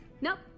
Nope